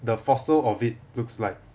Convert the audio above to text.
the fossil of it looks like